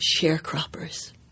sharecroppers